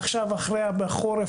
עכשיו בחורף,